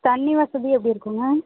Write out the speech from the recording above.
தண்ணி வசதி எப்படி இருக்குங்க